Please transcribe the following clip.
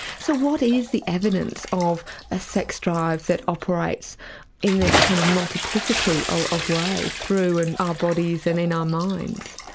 so what is the evidence of a sex drive that operates in this kind of multiplicity ah of ways through and our bodies and in our minds?